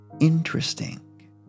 interesting